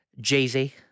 Jay-Z